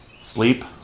sleep